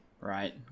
right